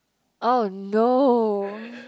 oh no